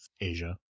Asia